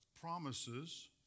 promises